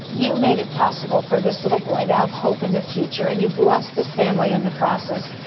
you made it possible for this little boy to have hope in the future, and you blessed his family in the process.